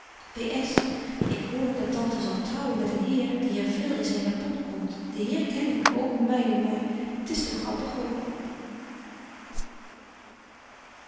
ik hoor dat tante zal trouwen met een heer die er veel in zyn japon komt die heer ken ik ô my ô my t is toch grappig ook